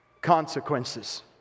consequences